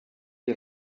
die